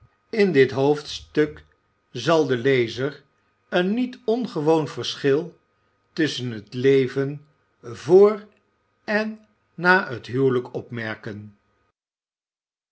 in dit hoofdstuk zal db lfzer een niet ongewoon verschil tusschen het leven vooe en na het huwelijk opmerken